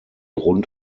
rund